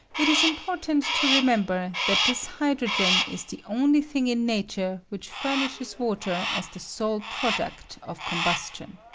it is important to remember that this hydrogen is the only thing in nature which furnishes water as the sole product of combustion.